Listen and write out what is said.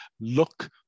look